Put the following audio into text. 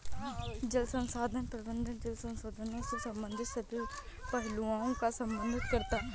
जल संसाधन प्रबंधन जल संसाधनों से संबंधित सभी पहलुओं को प्रबंधित करता है